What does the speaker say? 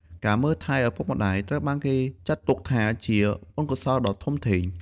ការមើលថែឪពុកម្តាយ ត្រូវបានគេចាត់ទុកថាជាបុណ្យកុសលដ៏ធំធេង។